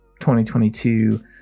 2022